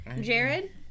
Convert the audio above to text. Jared